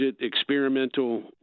experimental